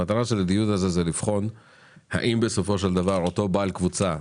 המטרה של הדיון הזה זה לבחון האם בסופו של דבר אותו בעל קבוצה,